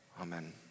Amen